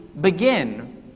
begin